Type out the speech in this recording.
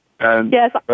Yes